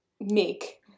make